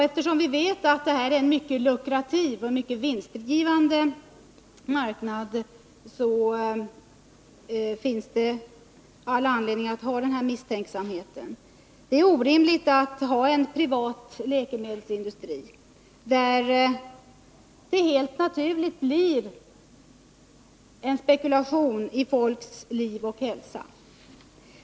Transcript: Eftersom vi vet att detta är en mycket lukrativ och vinstgivande marknad, så finns det all anledning att hysa misstänksamhet. Det är orimligt att ha en privat läkemedelsindustri. Det leder helt naturligt till en spekulation i folks liv och hälsa.